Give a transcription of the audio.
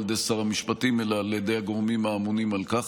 ידי שר המשפטים אלא על ידי הגורמים האמונים על כך,